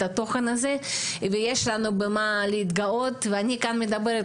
התוכן הזה ויש לנו במה להתגאות ואני כאן מדברת,